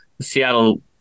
Seattle